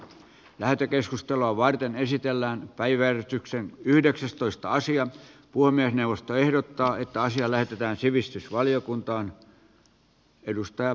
lähetekeskustelua varten esitellään päiväjärjestyksen yhdeksästoista asian puomia puhemiesneuvosto ehdottaa että asia lähetetään sivistysvaliokuntaan